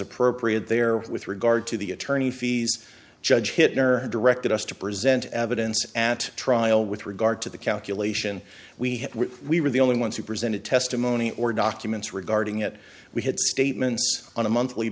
appropriate there with regard to the attorney fees judge hitler directed us to present evidence at trial with regard to the calculation we had we were the only ones who presented testimony or documents regarding it we had statements on a monthly